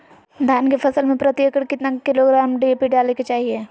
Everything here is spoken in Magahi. धान के फसल में प्रति एकड़ कितना किलोग्राम डी.ए.पी डाले के चाहिए?